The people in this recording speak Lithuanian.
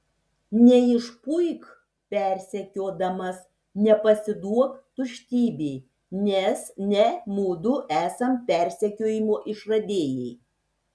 neišpuik persekiodamas nepasiduok tuštybei nes ne mudu esam persekiojimo išradėjai